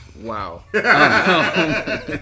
Wow